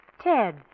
Ted